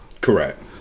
Correct